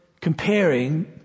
comparing